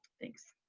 thanks.